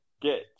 get